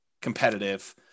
competitive